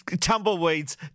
Tumbleweeds